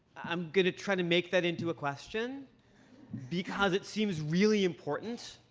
i'm going to try to make that into a question because it seems really important.